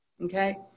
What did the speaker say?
Okay